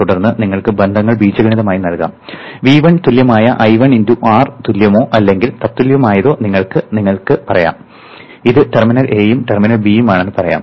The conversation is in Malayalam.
തുടർന്ന് നിങ്ങൾക്ക് ബന്ധങ്ങൾ ബീജഗണിതമായി നൽകാം V1 തുല്യമായ I1 × R തുല്യമോ അല്ലെങ്കിൽ തത്തുല്യമായോ നിങ്ങൾക്ക് പറയാം ഇത് ടെർമിനൽ A ഉം ടെർമിനൽ B ഉം ആണെന്ന് പറയാം